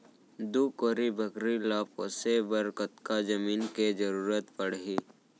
दू कोरी बकरी ला पोसे बर कतका जमीन के जरूरत पढही?